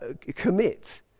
commit